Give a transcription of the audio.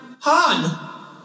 Han